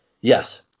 Yes